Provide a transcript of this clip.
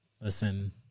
Listen